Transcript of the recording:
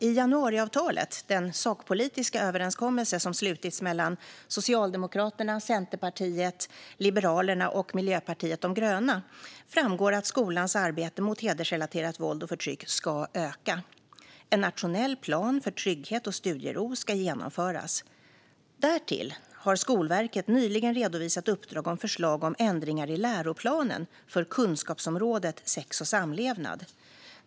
I januariavtalet, den sakpolitiska överenskommelse som slutits mellan Socialdemokraterna, Centerpartiet, Liberalerna och Miljöpartiet de gröna, framgår att skolans arbete mot hedersrelaterat våld och förtryck ska öka. En nationell plan för trygghet och studiero ska genomföras. Därtill har Skolverket nyligen redovisat uppdrag om förslag om ändringar i läroplaner för kunskapsområdet sex och samlevnad.